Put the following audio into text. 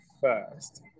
first